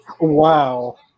Wow